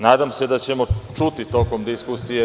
Nadam se da ćemo čuti tokom diskusije.